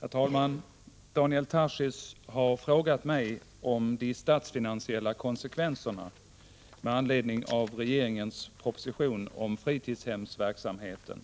Herr talman! Daniel Tarschys har frågat mig om de statsfinansiella konsekvenserna med anledning av regeringens proposition om fritidshemsverksamheten